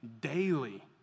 daily